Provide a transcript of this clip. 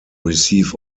receive